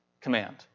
command